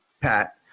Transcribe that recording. Pat